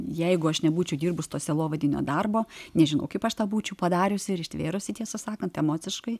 jeigu aš nebūčiau dirbus to sielovadinio darbo nežinau kaip aš tą būčiau padariusi ir ištvėrusi tiesą sakant emociškai